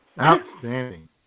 Outstanding